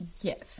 Yes